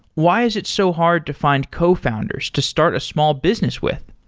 why is it so hard to find cofounders to start a small business with?